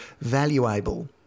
Valuable